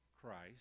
Christ